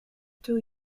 two